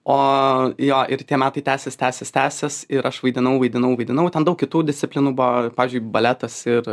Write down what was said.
o jo ir tie metai tęsės tęsės tęsės ir aš vaidinau vaidinau vaidinau ten daug kitų disciplinų buvo pavyzdžiui baletas ir